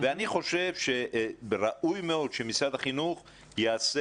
ואני חושב שראוי מאוד שמשרד החינוך יעשה